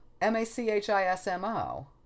M-A-C-H-I-S-M-O